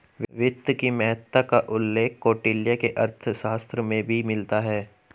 वित्त की महत्ता का उल्लेख कौटिल्य के अर्थशास्त्र में भी मिलता है